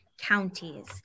counties